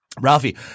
Ralphie